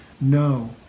no